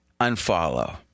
unfollow